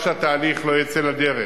אם התהליך לא יצא לדרך